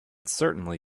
certainly